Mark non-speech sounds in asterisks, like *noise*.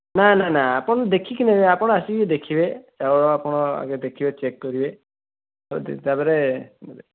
ନା ନା ନା ଆପଣ ଦେଖିକି ନେବେ ଆପଣ ଆସିକି ଦେଖିବେ ଚାଉଳ ଆପଣ ଆଗେ ଦେଖିବେ ଚେକ୍ କରିବେ ତା'ପରେ *unintelligible*